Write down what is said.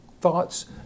thoughts